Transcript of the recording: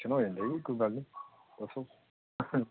ਸ਼ਮਾ ਹੋ ਜਾਂਦਾ ਜੀ ਕੋਈ ਗੱਲ ਨਹੀਂ ਦੱਸੋ